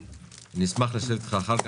אני אשמח לשבת איתך אחר כך,